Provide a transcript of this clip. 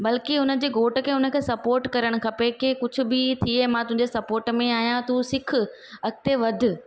बल्कि हुनजे घोट खे उनखे सपोट करणु खपे की कुझु बि थिए मां तुंहिंजे सपोट में आहियां तूं सिखु अॻिते वधि